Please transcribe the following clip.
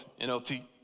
NLT